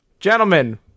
Gentlemen